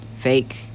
fake